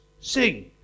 sing